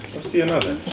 let's see another.